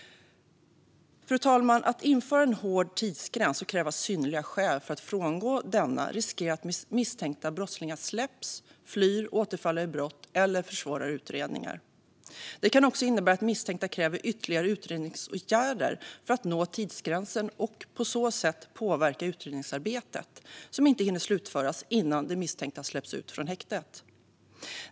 Fru talman! Att införa en hård tidsgräns och kräva synnerliga skäl för att denna ska få frångås innebär en risk att misstänkta brottslingar släpps, flyr, återfaller i brott eller försvårar utredningar. Det kan också innebära att misstänkta kräver ytterligare utredningsåtgärder för att nå tidsgränsen och på så sätt påverkar utredningsarbetet, som inte hinner slutföras innan den misstänkta släpps ut från häktet.